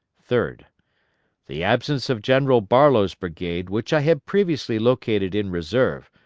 third the absence of general barlow's brigade, which i had previously located in reserve,